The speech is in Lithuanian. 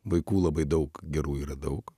vaikų labai daug gerų yra daug